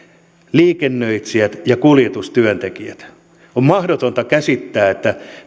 liikennöitsijät ja kuljetustyöntekijät on mahdotonta käsittää